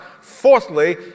Fourthly